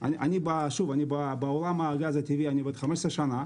בעולם הגז הטבעי אני עובד 15 שנה.